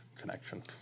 connection